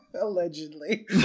Allegedly